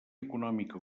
econòmica